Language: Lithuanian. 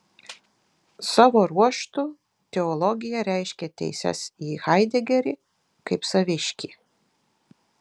savo ruožtu teologija reiškė teises į haidegerį kaip saviškį